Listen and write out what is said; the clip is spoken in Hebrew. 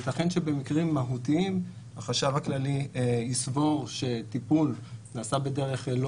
ייתכן שבמקרים מהותיים החשב הכללי יסבור שטיפול נעשה בדרך לא